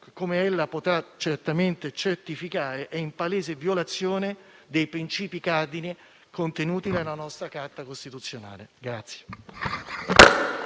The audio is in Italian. come ella potrà certificare certamente - è in palese violazione dei principi cardine contenuti nella nostra Carta costituzionale.